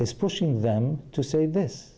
is pushing them to say this